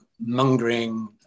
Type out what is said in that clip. mongering